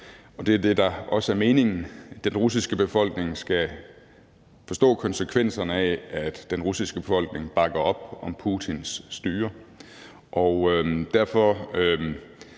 og det er også det, der er meningen. Den russiske befolkning skal forstå konsekvenserne af, at den russiske befolkning bakker op om Putins styre, og derfor